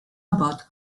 about